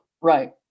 Right